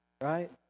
right